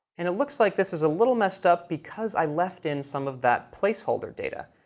and it looks like this is a little messed up because i left in some of that placeholder data.